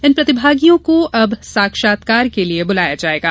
इन प्रतिभागियों को अब साक्षात्कार के लिये बुलाया जायेगा